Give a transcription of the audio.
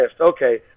Okay